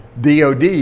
DOD